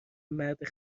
مرد